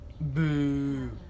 Boo